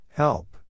Help